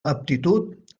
aptitud